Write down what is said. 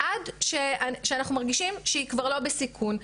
עד שאנחנו מרגישים שהיא כבר לא בסיכון.